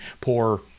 poor